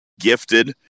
gifted